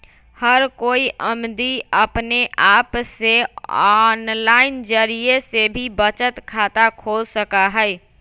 हर कोई अमदी अपने आप से आनलाइन जरिये से भी बचत खाता खोल सका हई